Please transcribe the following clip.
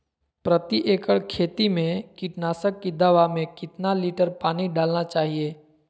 प्रति एकड़ खेती में कीटनाशक की दवा में कितना लीटर पानी डालना चाइए?